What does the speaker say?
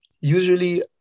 usually